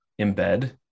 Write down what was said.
embed